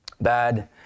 Bad